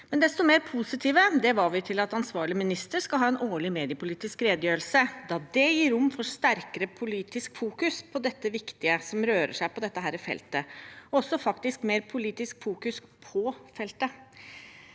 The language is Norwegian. Desto mer positive var vi til at ansvarlig minister skal ha en årlig mediepolitisk redegjørelse, da det gir rom for sterkere politisk fokus på det viktige som rører seg på dette feltet, og faktisk også et mer politisk fokus på feltet.